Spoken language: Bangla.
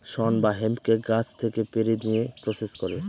শন বা হেম্পকে গাছ থেকে পেড়ে নিয়ে প্রসেস করে